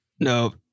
No